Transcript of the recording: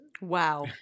wow